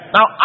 Now